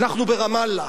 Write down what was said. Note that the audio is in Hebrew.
אנחנו ברמאללה,